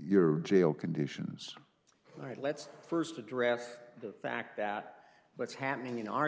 your jail conditions right let's st address the fact that what's happening in our